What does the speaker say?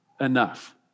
enough